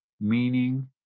meaning